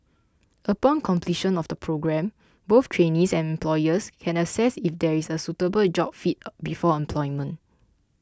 upon completion of the programme both trainees and employers can assess if there is a suitable job fit before employment